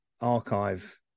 archive